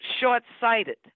short-sighted